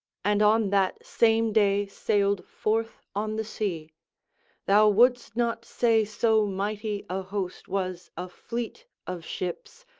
and on that same day sailed forth on the sea thou wouldst not say so mighty a host was a fleet of ships,